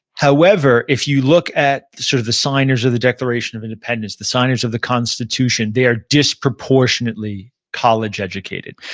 however, if you look at sort of the signage of the declaration of independence, the signage of the constitution, they are disproportionately college educated,